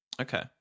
Okay